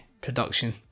production